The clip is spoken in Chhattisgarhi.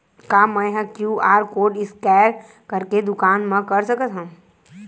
का मैं ह क्यू.आर कोड स्कैन करके दुकान मा कर सकथव?